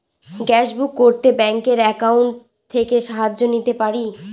Gas book করতে ব্যাংকের account থেকে সাহায্য নিতে পারি?